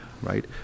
Right